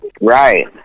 Right